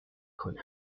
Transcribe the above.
کند